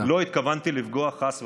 לא התכוונתי לפגוע, חס וחלילה.